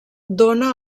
dóna